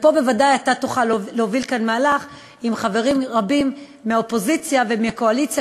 ופה ודאי תוכל להוביל כאן מהלך עם חברים רבים מהאופוזיציה ומהקואליציה,